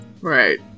Right